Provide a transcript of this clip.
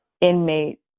inmate